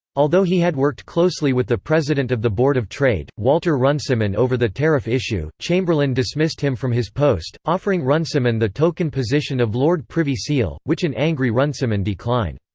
although he had worked closely with the president of the board of trade, walter runciman over the tariff issue, chamberlain dismissed him from his post, offering runciman the token position of lord privy seal, which an angry runciman declined.